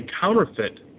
counterfeit